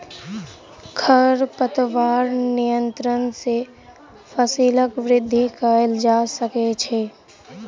खरपतवार नियंत्रण सॅ फसीलक वृद्धि कएल जा सकै छै